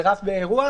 זה רף באירוע,